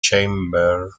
chamber